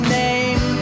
name